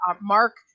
Mark